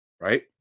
right